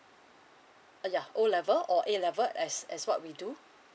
yeah O level or A level as as what we do